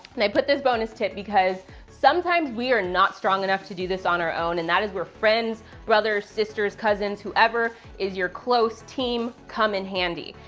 and i put this bonus tip because sometimes we are not strong enough to do this on our own, and that is where friends, brothers, sisters, cousins, whoever is your close team, come in handy.